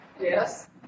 Yes